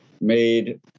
made